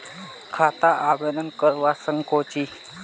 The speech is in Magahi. खाता आवेदन करवा संकोची?